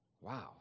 Wow